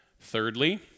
Thirdly